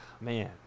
man